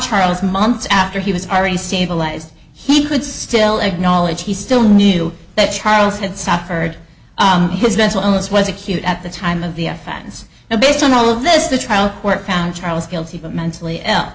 charles months after he was already stabilized he could still acknowledge he still knew that charles had suffered his mental illness was acute at the time of the offense and based on all of this the trial court found charles guilty but mentally